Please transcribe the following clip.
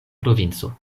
provinco